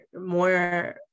more